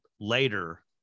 later